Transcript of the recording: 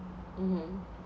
mmhmm